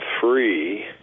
three